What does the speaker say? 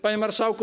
Panie Marszałku!